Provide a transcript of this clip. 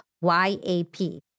Y-A-P